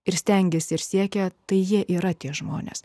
ir stengiasi ir siekia tai jie yra tie žmonės